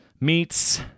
meets